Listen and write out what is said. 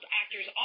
actors